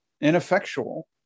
ineffectual